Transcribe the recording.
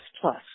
plus